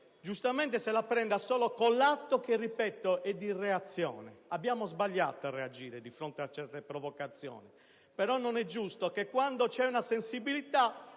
giustamente, se la prenda solo con un atto che - ripeto - è di reazione. Abbiamo sbagliato a reagire di fronte a certe provocazioni, però non è giusto che la sensibilità